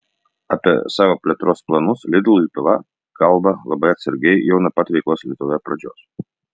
apie savo plėtros planus lidl lietuva kalba labai atsargiai jau nuo pat veiklos lietuvoje pradžios